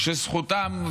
זכותם,